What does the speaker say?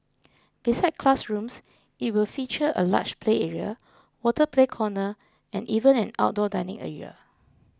besides classrooms it will feature a large play area water play corner and even an outdoor dining area